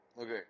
Okay